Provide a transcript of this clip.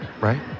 right